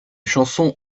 chansons